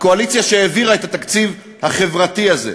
הקואליציה שהעבירה את התקציב החברתי הזה.